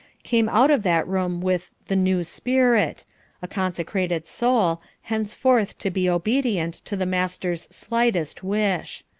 came out of that room with the new spirit a consecrated soul, henceforth to be obedient to the master's slightest wish.